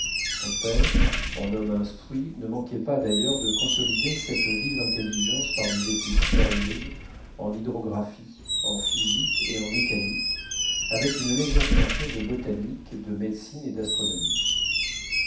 son père en homme instruit ne manquait pas d'ailleurs de consolider cette vive intelligence par des études sérieuses en hydrographie en physique et en mécanique avec une légère teinture de botanique de médecine et d'astronomie